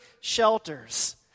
shelters